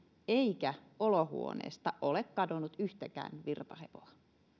eikä olohuoneesta ole kadonnut yhtäkään virtahepoa